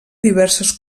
diverses